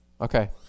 Okay